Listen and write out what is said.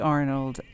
Arnold